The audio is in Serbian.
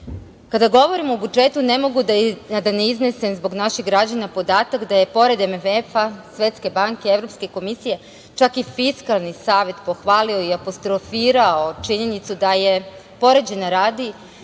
govorim o budžetu, ne mogu a da ne iznesem zbog naših građana podatak da je pored MMF, Svetske banke, Evropske komisije, čak i Fiskalni savet pohvalio i apostrofirao činjenicu da je poređenja radi